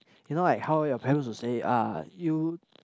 you know like how your parents would say ah you